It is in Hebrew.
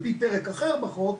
על פי דרג אחר בחוק,